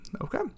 okay